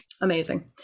Amazing